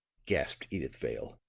gasped edyth vale.